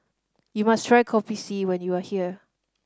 you must try Kopi C when you are here